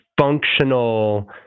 functional